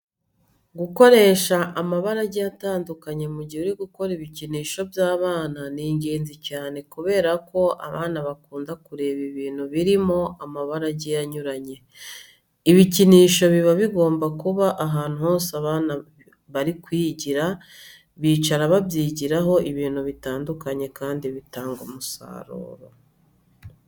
Gukoresha amabara agiye atandukanye mu gihe uri gukora ibikinisho by'abana ni ingenzi cyane kubera ko abana bakunda kureba ibintu birimo amabara agiye anyuranye. Ibikinisho biba bigomba kuba ahantu hose abana bari kugira bicare babyigiraho ibintu bitandukanye kandi bitanga umusaruro.